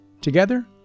Together